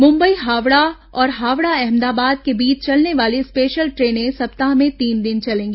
मुंबई हावड़ा और हावड़ा अहमदाबाद के बीच चलने वाली स्पेशल ट्रेनें सप्ताह में तीन दिन चलेंगी